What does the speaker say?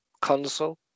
console